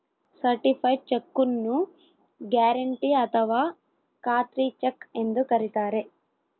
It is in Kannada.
ಸರ್ಟಿಫೈಡ್ ಚೆಕ್ಕು ನ್ನು ಗ್ಯಾರೆಂಟಿ ಅಥಾವ ಖಾತ್ರಿ ಚೆಕ್ ಎಂದು ಕರಿತಾರೆ